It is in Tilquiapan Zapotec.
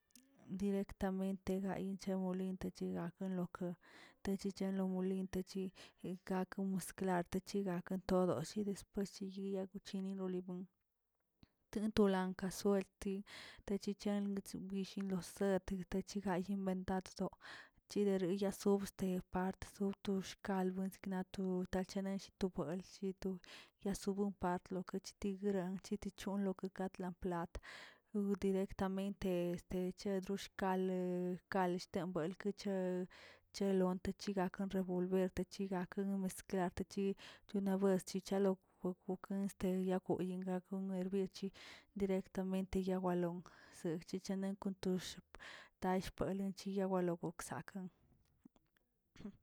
Directamente gay wchew liente chegaw tachichanla lo molin, gakə mosklard chigaken tod después chiyiya kuchinilibun tentolan kasuel tachochanlə gushin guchil set tachigayꞌ ventad so, chidere yaasobs se part ya sobch alg signatu tachene shitu tal shitu yasubun partlo tiguiran chiti showlə gatlan plat gu directamente este chedro xkale kal shtebuinkal che- chelmonte chikakə volverte chigak o mezklart tachig de una bues chichalo jujue benste yakweyin gako merbiechi directamente yawalo sig chechene ko toshꞌ tal xpolen chiya logoksakan.